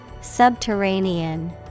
Subterranean